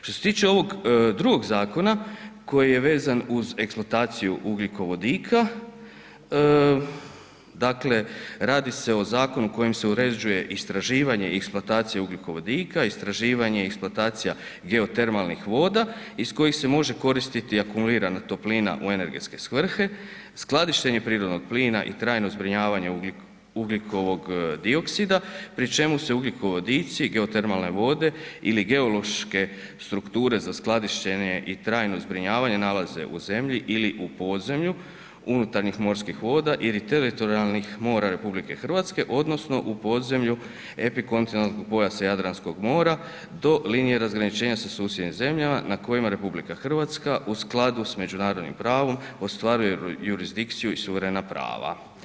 Što se tiče ovog drugog zakona koji je vezan uz eksploataciju ugljikovodika, dakle radi se o zakonu kojim se uređuje istraživanje i eksploatacija ugljikovodika, istraživanje i eksploatacija geotermalnih voda iz kojih se može koristiti akumulirana toplina u energetske svrhe, skladištenje prirodnog plina i trajno zbrinjavanje ugljikovog dioksida pri čemu se ugljikovodici, geotermalne vode ili geološke strukture za skladištenje i trajno zbrinjavanje nalaze u zemlji ili u podzemlju unutarnjih morskih voda ili teritorijalnih mora RH odnosno u podzemlju epikontinentalnog pojasa Jadranskog mora do linije razgraničenja sa susjednim zemljama na kojima RH u skladu sa međunarodnim pravom ostvaruje jurisdikciju i suverena prava.